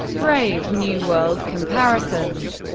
brave new world comparisons